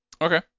Okay